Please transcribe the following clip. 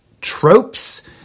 tropes